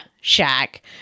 shack